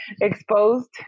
Exposed